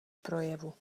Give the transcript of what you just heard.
projevu